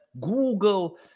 Google